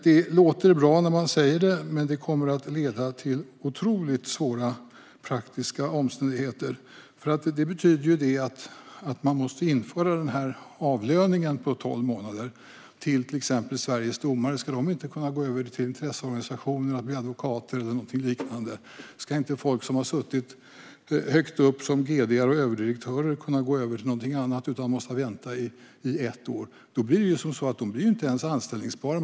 Det låter bra, men det kommer att leda till otroligt svåra praktiska omständigheter, för det betyder att man måste införa avlöningen under tolv månader till exempelvis Sveriges domare. Ska de inte kunna gå över till intresseorganisationer, bli advokater eller liknande? Ska inte folk som har suttit högt upp som vd:ar och överdirektörer kunna gå över till någonting annat utan vara tvungna att vänta i ett år? Då blir de ju inte ens anställbara.